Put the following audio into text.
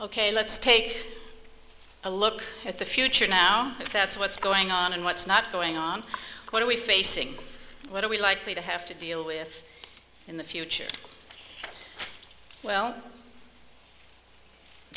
ok let's take a look at the future now that's what's going on and what's not going on what are we facing what are we likely to have to deal with in the future well